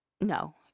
no